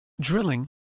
drilling